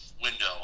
window